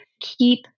keep